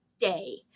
day